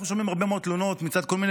אנחנו שומעים הרבה מאוד תלונות מצד כל מיני